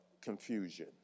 confusion